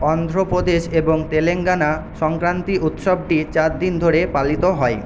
অন্ধ্রপ্রদেশ এবং তেলেঙ্গানায় সংক্রান্তি উৎসবটি চার দিন ধরে পালিত হয়